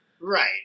Right